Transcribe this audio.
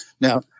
Now